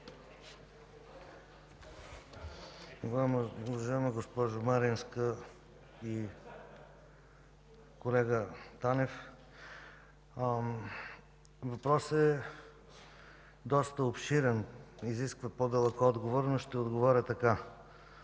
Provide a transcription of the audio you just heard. Уважаема госпожо Маринска и колега Танев, въпросът е доста обширен, изисква по-дълъг отговор, но ще отговоря така: